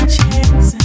chance